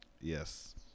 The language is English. Yes